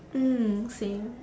mm same